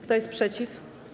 Kto jest przeciw?